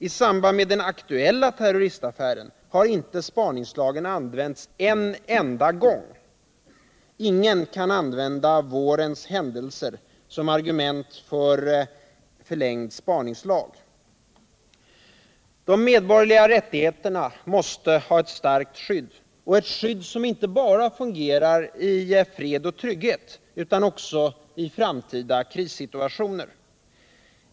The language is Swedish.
I samband med den aktuella terroristaffären har inte spaningslagen steg a använts en enda gång. Ingen kan använda vårens händelser som argument = Fortsatt giltighet av för en förlängning av spaningslagen. spaningslagen De medborgerliga rättigheterna måste ha ett starkt skydd — och ett skydd som inte bara fungerar i fred och trygghet, utan också i framtida krissituationer.